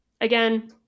Again